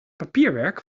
papierwerk